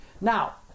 Now